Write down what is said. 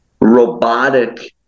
robotic